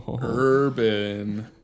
urban